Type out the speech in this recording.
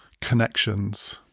connections